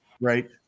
right